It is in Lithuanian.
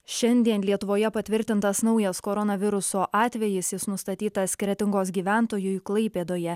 šiandien lietuvoje patvirtintas naujas koronaviruso atvejis jis nustatytas kretingos gyventojui klaipėdoje